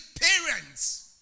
parents